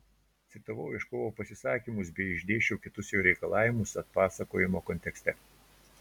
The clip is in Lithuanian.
citavau ieškovo pasisakymus bei išdėsčiau kitus jo reikalavimus atpasakojimo kontekste